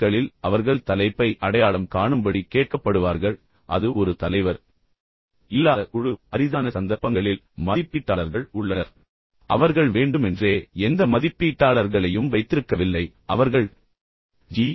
களில் அவர்கள் தலைப்பை அடையாளம் காணும்படி கேட்கப்படுவார்கள் பின்னர் அது ஒரு தலைவர் இல்லாத குழு மிகவும் அரிதான சந்தர்ப்பங்களில் மதிப்பீட்டாளர்கள் உள்ளனர் ஆனால் அவர்கள் வேண்டுமென்றே எந்த மதிப்பீட்டாளர்களையும் வைத்திருக்கவில்லை சில உதவியாளர்கள் இருந்தாலும் அவர்கள் ஜி